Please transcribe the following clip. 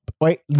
Wait